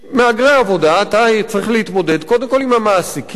צריך להתמודד קודם כול עם המעסיקים,